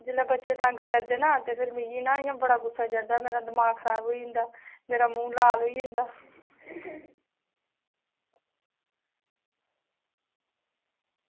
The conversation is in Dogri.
जेल्लै बच्चे तंग करदा ना मिगी ना बड़ो गुस्सा चढ़दा ऐ ते मेरा दमाग खराब होई जंदा मेरा मूंह् लाल होई जंदा